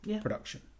production